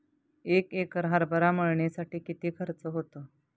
एक एकर हरभरा मळणीसाठी किती खर्च होतो?